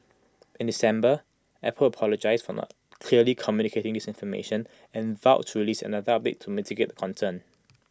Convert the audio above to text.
in December Apple apologised for not clearly communicating this information and vowed to release another update to mitigate the concern